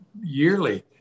yearly